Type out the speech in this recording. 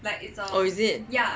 oh is it